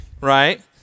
right